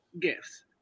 gifts